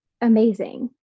amazing